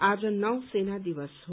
आज नौ सेना दिवस हो